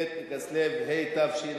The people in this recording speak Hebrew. ב' בכסלו התשע"א,